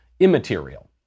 immaterial